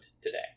today